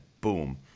boom